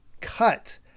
cut